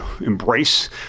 embrace